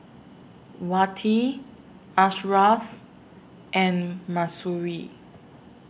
Wati Ashraf and Mahsuri